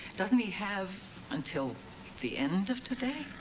doesn't he have until the end of today?